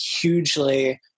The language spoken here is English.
hugely